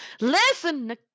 Listen